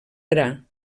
gra